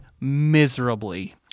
miserably